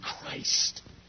Christ